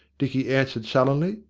dicky answered sullenly.